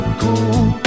cool